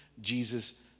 Jesus